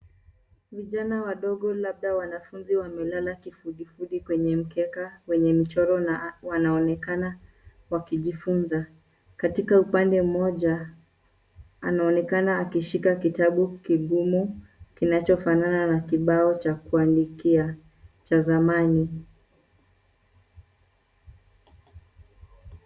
Vijana wadogo labda wanafunzi wamelala kifudifudi kwenye mkeka wenye michoro na wanaonekana wakijifunza. Katika upande mmoja, anaonekana akishika kitabu kigumu kinachofanana na kibao cha kuandikia cha zamani.